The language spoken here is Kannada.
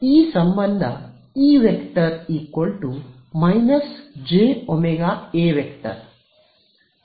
ಈ ಸಂಬಂಧ ⃗E −jω⃗A